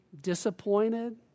disappointed